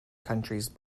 countries